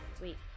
Wait